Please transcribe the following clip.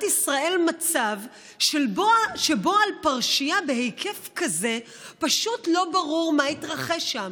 ישראל מצב שבו בפרשייה בהיקף כזה פשוט לא ברור מה התרחש שם.